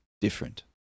different